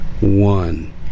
one